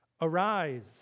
Arise